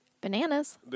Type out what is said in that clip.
Bananas